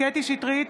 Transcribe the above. קטי קטרין שטרית,